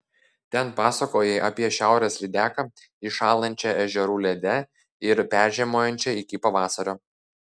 ten pasakojai apie šiaurės lydeką įšąlančią ežerų lede ir peržiemojančią iki pavasario